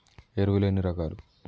ఎరువులు ఎన్ని రకాలు?